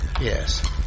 Yes